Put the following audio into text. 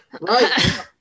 Right